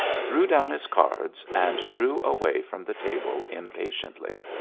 threw down his cards, and drew away from the table impatiently.